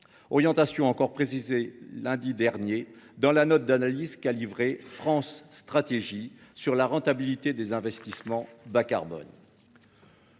orientations encore précisées lundi dernier dans la note d’analyse qu’a livrée France Stratégie sur la rentabilité des investissements bas carbone.